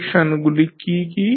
ফ্রিকশনগুলি কী কী